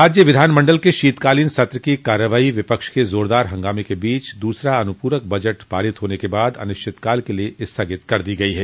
राज्य विधानमंडल के शीतकालीन सत्र की कार्यवाही विपक्ष के जोरदार हंगामे के बीच दूसरा अनुपूरक बजट पारित होने के बाद अनिश्चितकाल के लिये स्थगित कर दी गई है